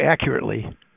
accurately